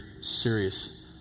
serious